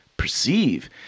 Perceive